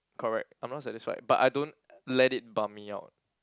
correct I'm not satisfied but I don't let it bump me out